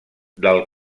del